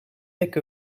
back